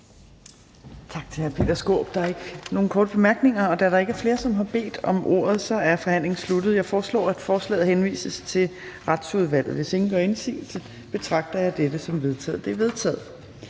Tak til hr. Peter Skaarup. Der er ikke nogen korte bemærkninger. Da der ikke er flere, der har bedt om ordet, er forhandlingen sluttet. Jeg foreslår, at forslaget henvises til Retsudvalget. Hvis ingen gør indsigelse, betragter jeg dette som vedtaget. Det er vedtaget.